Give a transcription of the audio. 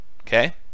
Okay